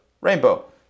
Rainbow